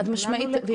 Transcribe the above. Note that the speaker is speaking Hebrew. חד משמעית,